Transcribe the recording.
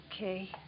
Okay